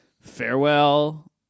Farewell